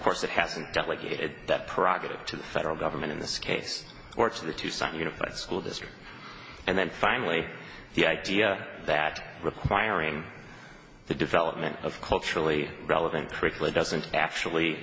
course it hasn't done it that prerogative to the federal government in this case or to the tucson unified school district and then finally the idea that requiring the development of culturally relevant curricula doesn't actually